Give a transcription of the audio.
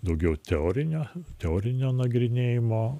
daugiau teorinio teorinio nagrinėjimo